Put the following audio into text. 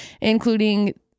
including